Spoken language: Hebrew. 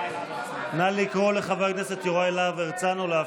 נא לקרוא לחבר הכנסת יוראי להב הרצנו להיכנס,